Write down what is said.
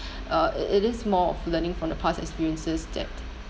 uh it it is more of learning from the past experiences that